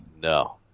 No